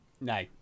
No